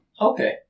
Okay